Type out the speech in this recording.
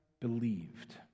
believed